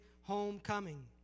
homecoming